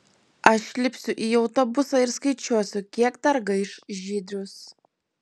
aš lipsiu į autobusą ir skaičiuosiu kiek dar gaiš žydrius